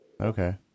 Okay